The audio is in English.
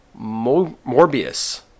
Morbius